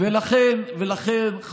לכן,